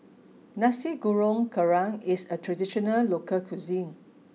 Nasi Goreng Kerang is a traditional local cuisine